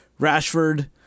Rashford